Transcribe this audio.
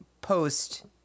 post